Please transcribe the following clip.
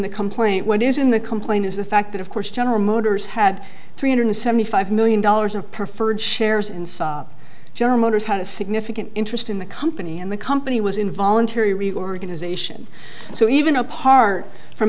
the complaint what is in the complaint is the fact that of course general motors had three hundred seventy five million dollars of preferred shares and general motors had a significant interest in the company and the company was involuntary reorganization so even apart from